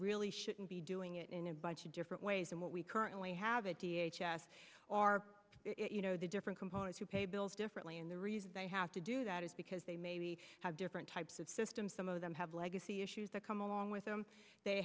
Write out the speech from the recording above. really shouldn't be doing it in a bunch of different ways than what we currently have a d h s or you know the different components to pay bills differently and the reason they have to do that is because they maybe have different types of systems some of them have legacy issues that come along with them they